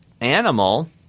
Animal